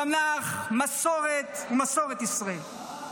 תנ"ך ומסורת ישראל.